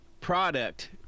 product